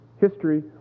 History